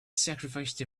sacrificed